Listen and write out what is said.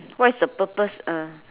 what is the purpose uh